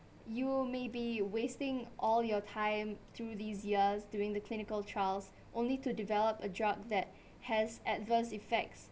you may be wasting all your time through these years during the clinical trials only to develop a drug that has adverse effects